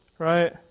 Right